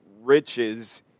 riches